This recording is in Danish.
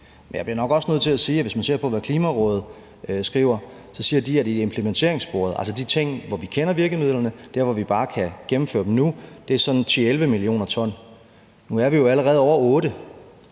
jeg bliver nok også nødt til at sige, at hvis man ser på, hvad Klimarådet skriver, fremgår det, at de siger, at det i implementeringssporet – altså det, der handler om de ting, hvor vi kender virkemidlerne, og der, hvor vi bare kan gennemføre dem nu – gælder sådan 10-11 mio. t. Nu er vi jo allerede over 8 mio.